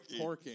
Porking